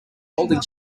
holding